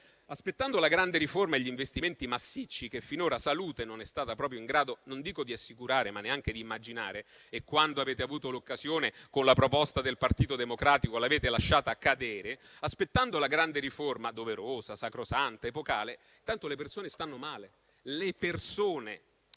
aspettando la grande riforma e gli investimenti massicci per la salute che finora non si è stati proprio in grado non dico di assicurare, ma neanche di immaginare (e quando avete avuto l'occasione, con la proposta del Partito Democratico, l'avete lasciata cadere); aspettando la grande riforma doverosa, sacrosanta ed epocale, intanto le persone stanno male. Lo